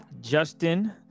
Justin